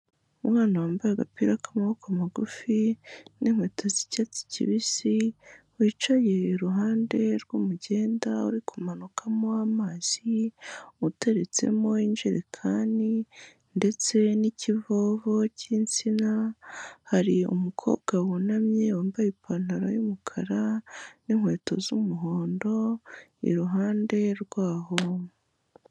Umwana wambaye agapira k'amaboko magufi n'inkweto z'icyatsi kibisi wicaye iruhande rw'umugenda uri kumanukamo amazi, uteretsemo injerekani ndetse n'ikivovo cy'insina, hari umukobwa wunamye wambaye ipantaro y'umukara n'inkweto z'umuhondo iruhande rwaho.